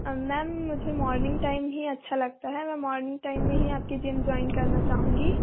ma'am मुझे morning time ही अच्छा लगता है मैं मॉर्निंग टाइम में ही आपकी जिम जॉइन करना चाहूंगी